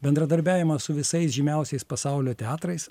bendradarbiavimas su visais žymiausiais pasaulio teatrais